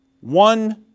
one